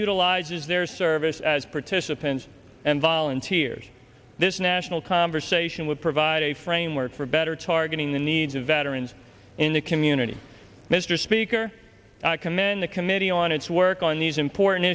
utilizes their service as participants and volunteers this national conversation would provide a framework for better targeting the needs of veterans in the community mr speaker i commend the committee on its work on these important